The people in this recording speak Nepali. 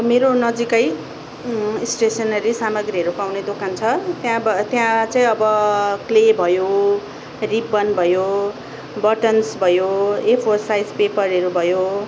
मेरो नजिकै स्टेसनरी सामाग्रीहरू पाउने दोकान छ त्यहाँ चाहिँ अब क्ले यो रिबन भयो बटन्स भयो एफोर साइज पेपरहरू भयो